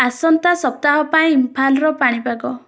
ଆସନ୍ତା ସପ୍ତାହ ପାଇଁ ଇମ୍ଫାଲର ପାଣିପାଗ